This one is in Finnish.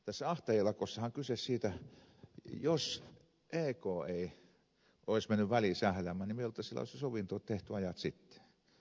tässä ahtaajalakossahan on kyse siitä että jos ek ei olisi mennyt väliin sähläämään niin me olisimme sovinnon tehneet ajat sitten